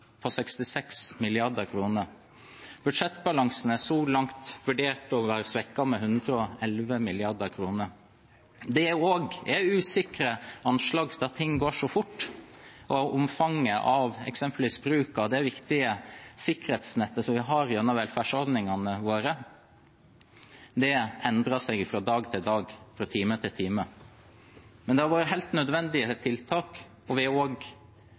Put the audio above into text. på 66 mrd. kr. Budsjettbalansen er så langt vurdert å være svekket med 111 mrd. kr. Det er usikre anslag fordi ting går så fort og omfanget av eksempelvis bruk av det viktige sikkerhetsnettet vi har gjennom velferdsordningene våre, endrer seg fra dag til dag, fra time til time. Men det har vært helt nødvendige tiltak, og vi er forberedt på at det må komme nye tiltak i dagene og